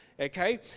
Okay